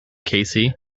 casey